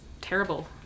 terrible